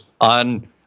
on